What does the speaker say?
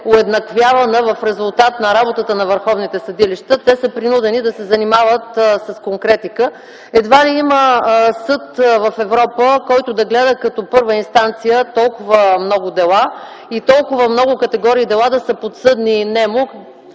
уеднаквявана в резултат на работата на върховните съдилища, те са принудени да се занимават с конкретика. Едва ли има съд в Европа, който да гледа като първа инстанция толкова много дела и толкова много категории дела да са подсъдни нему,